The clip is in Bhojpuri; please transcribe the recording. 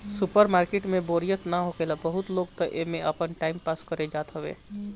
सुपर मार्किट में बोरियत ना होखेला बहुते लोग तअ एमे आपन टाइम पास करे जात हवे